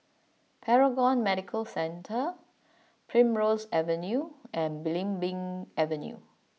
Paragon Medical Centre Primrose Avenue and Belimbing Avenue